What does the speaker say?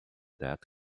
death